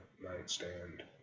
nightstand